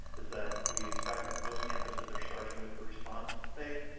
is that we expect that most campuses are starting with the response phase,